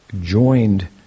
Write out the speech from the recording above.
joined